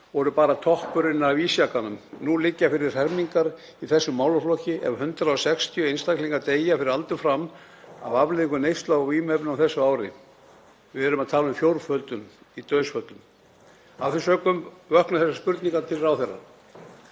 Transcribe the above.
voru bara toppurinn á ísjakanum. Nú liggja fyrir hremmingar í þessum málaflokki ef 160 einstaklingar deyja fyrir aldur fram af afleiðingum neyslu vímuefna á þessu ári. Við erum að tala um fjórföldun á dauðsföllum. Af þeim sökum vöknuðu þessar spurningar til ráðherra: